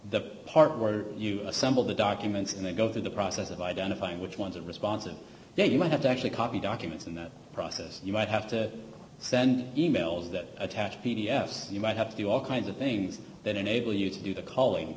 the part where you some all the documents and they go through the process of identifying which ones are responsive they might have to actually copy documents in that process you might have to send e mails that attach p d f so you might have to do all kinds of things that enable you to do the calling